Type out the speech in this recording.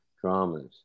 dramas